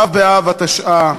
ו' באב התשע"ה,